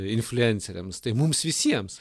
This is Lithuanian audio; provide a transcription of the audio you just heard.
influenceriams tai mums visiems